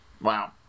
Wow